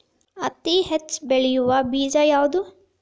ಹತ್ತಿ ಹೆಚ್ಚ ಬೆಳೆಯುವ ಬೇಜ ಯಾವುದು?